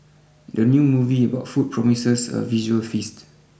the new movie about food promises a visual feast